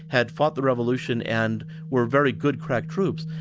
had fought the revolution and were very good crack troops,